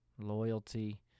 loyalty